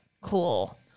Cool